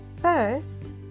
First